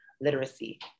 literacy